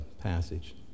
passage